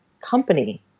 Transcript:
company